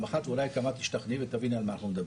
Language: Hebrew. אחת ואולי גם את תשתכנעי ותביני על מה אנחנו מדברים.